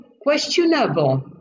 questionable